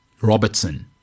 Robertson